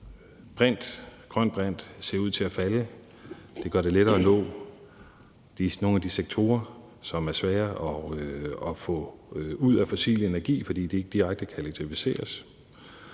grøn brint ser ud til at falde; det gør det lettere at nå nogle af de sektorer, som er svære at få ud af brugen af fossil energi, fordi de ikke direkte kan elektrificeres.